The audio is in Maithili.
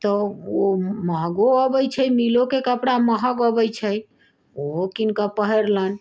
तऽ ओ महगो अबैत छै मीलोके कपड़ा महग अबैत छै ओहो किन कऽ पहिरलनि